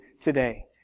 today